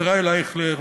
ישראל אייכלר,